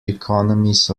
economies